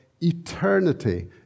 eternity